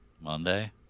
Monday